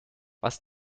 was